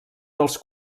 dels